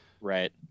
Right